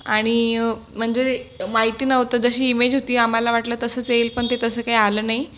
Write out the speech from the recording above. आणि म्हणजे माहिती नव्हतं जशी ईमेज होती आम्हाला वाटलं तसंच येईल पण ते तसं काही आलं नाही